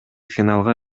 финалга